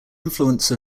influence